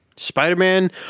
Spider-Man